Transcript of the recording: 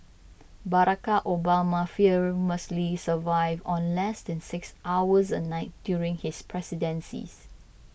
Barack Obama famously survived on less than six hours a night during his presidency